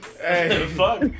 Hey